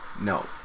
No